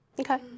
Okay